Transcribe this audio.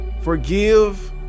Forgive